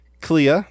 Clea